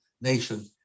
nation